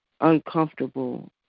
uncomfortable